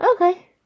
Okay